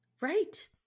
Right